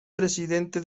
presidente